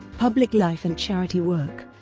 public life and charity work